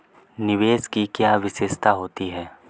निवेश की क्या विशेषता होती है?